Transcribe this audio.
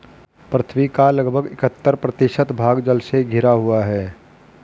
पृथ्वी का लगभग इकहत्तर प्रतिशत भाग जल से घिरा हुआ है